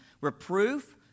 reproof